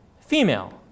Female